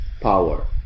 power